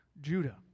Judah